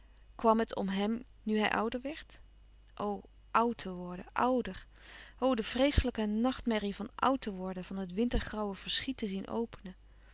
kwàm het om hem nu hij ouder werd o oud te worden ouder o de vreeslijke nachtmerrie van oud te worden van het wintergrauwe verschiet te zien openen